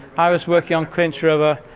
i was working on clinch river.